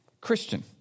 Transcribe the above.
Christian